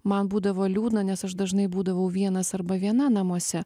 man būdavo liūdna nes aš dažnai būdavau vienas arba viena namuose